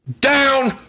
down